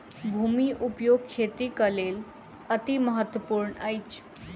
भूमि उपयोग खेतीक लेल अतिमहत्त्वपूर्ण अछि